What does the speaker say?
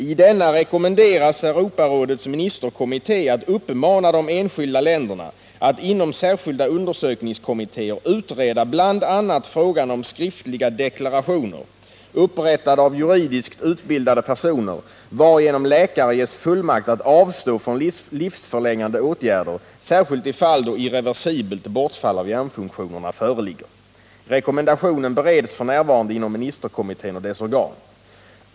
I denna rekommenderas Europarådets ministerkommitté att uppmana de enskilda länderna att inom särskilda undersöknings kommittéer utreda bl.a. frågan om skriftliga deklarationer, upprättade av juridiskt utbildade personer, varigenom läkare ges fullmakt att avstå från livsförlängande åtgärder, särskilt i fall då irreversibelt bortfall av hjärnfunktionerna föreligger. Rekommendationen bereds f.n. inom ministerkommittén och dess organ.